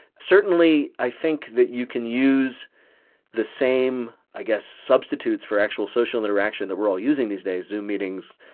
certainly, i think that you can use the same, i guess, substitutes for actual social interaction that we're all using these days zoom meetings,